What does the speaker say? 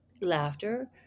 laughter